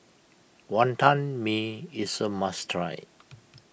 Wonton Mee is a must try